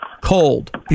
Cold